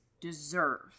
deserve